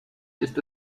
ist